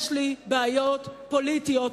יש לי בעיות פוליטיות,